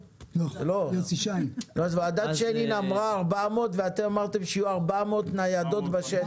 ועדת שיינין אמרה 400 ואתם אמרתם שיהיו 400 ניידות בשטח.